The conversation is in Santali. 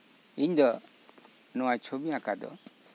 ᱤᱧ ᱫᱚ ᱱᱚᱣᱟ ᱪᱷᱚᱵᱤ ᱟᱸᱠᱟ ᱫᱚ